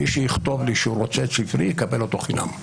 מי שיכתוב לי שהוא רוצה את ספרי, יקבל אותו בחינם.